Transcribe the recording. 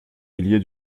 milliers